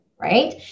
Right